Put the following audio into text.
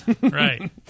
Right